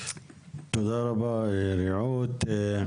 תודה רבה, רעות.